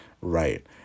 Right